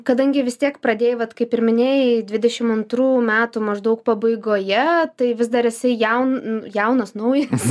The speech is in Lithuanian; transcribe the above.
kadangi vis tiek pradėjai vat kaip ir minėjai dvidešimt antrų metų maždaug pabaigoje tai vis dar esi jaun jaunas naujas